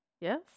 Yes